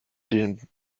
den